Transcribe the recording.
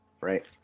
Right